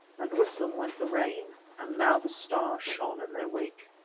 and with them went the rain and now the stars shone in their wake.